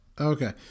Okay